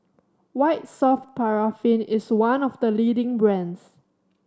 White Soft Paraffin is one of the leading brands